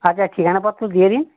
আচ্ছা ঠিকানা পত্র দিয়ে দিন